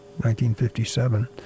1957